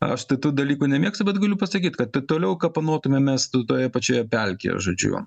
aš tai tų dalykų nemėgstu bet galiu pasakyt kad taip toliau kapanotumėmės to toje pačioje pelkėje žodžiu